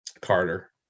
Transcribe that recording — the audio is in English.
Carter